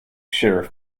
sheriff